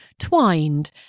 Twined